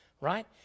right